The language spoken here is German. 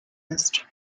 ist